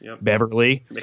Beverly